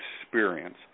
experience